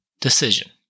decision